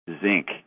zinc